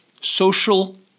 social